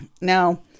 now